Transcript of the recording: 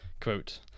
Quote